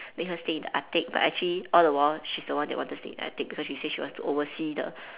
make her stay in the attic but actually all the while she's the one that wanted to stay in the attic because she wants to oversee the